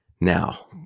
Now